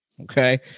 Okay